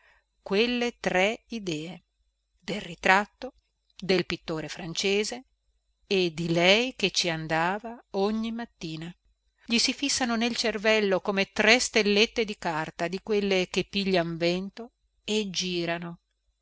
quelle tre idee del ritratto del pittore francese e di lei che ci andava ogni mattina gli si fissano nel cervello come tre stellette di carta di quelle che piglian vento e girano